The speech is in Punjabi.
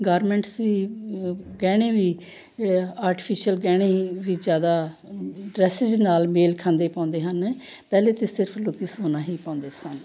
ਗਾਰਮੈਂਟਸ ਵੀ ਗਹਿਣੇ ਵੀ ਆਰਟੀਫਿਸ਼ਅਲ ਗਹਿਣੇ ਹੀ ਵੀ ਜ਼ਿਆਦਾ ਡਰੈਸਿਸ ਨਾਲ ਮੇਲ ਖਾਂਦੇ ਪਾਉਂਦੇ ਹਨ ਪਹਿਲੇ ਤਾਂ ਸਿਰਫ ਲੋਕ ਸੋਨਾ ਹੀ ਪਾਉਂਦੇ ਸਨ